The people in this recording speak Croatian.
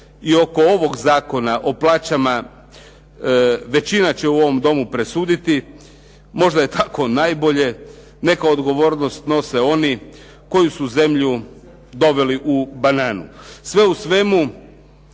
i oko ovog Zakona o plaćama većina će u ovom Domu presuditi, možda je tako najbolje, neka odgovornost snose oni koji su zemlju doveli "u bananu". Sve u svemu,